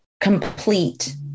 complete